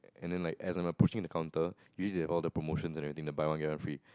and then like as I'm approaching the counter you see oh the promotions and everything the buy one get one free